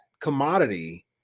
commodity